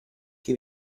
che